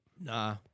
Nah